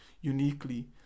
uniquely